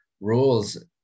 rules